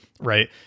right